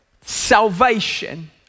salvation